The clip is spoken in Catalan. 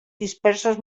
dispersos